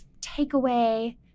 takeaway